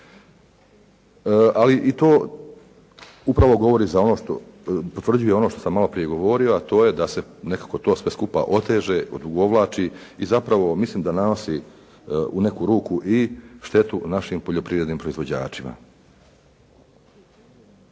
ali i to upravo govori za ono, potvrđuje ono što sam malo prije govorio a to je da se nekako to sve skupa oteže, odugovlači i zapravo mislim da nanosi u neku ruku i štetu našim poljoprivrednim proizvođačima.